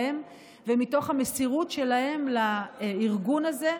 מתוך נכונות שלהם ומתוך המסירות שלהם לארגון הזה,